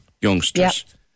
youngsters